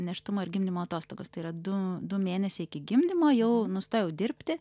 nėštumo ir gimdymo atostogas tai yra du du mėnesiai iki gimdymo jau nustojau dirbti